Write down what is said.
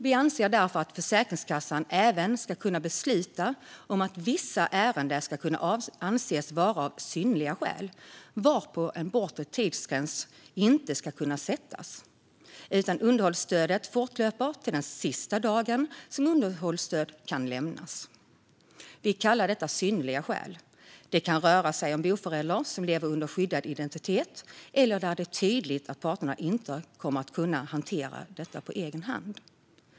Vi anser därför att Försäkringskassan även ska kunna besluta om att det i vissa ärenden ska kunna anses råda synnerliga skäl varpå en bortre tidsgräns inte ska kunna sättas, utan underhållsstödet fortlöper till den sista dag som underhållsstöd kan lämnas. Vi kallar detta synnerliga skäl. Det kan röra sig om boföräldrar som lever under skyddad identitet eller att det är tydligt att parterna inte kommer att kunna hantera det på egen hand.